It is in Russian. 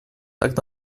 так